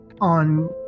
on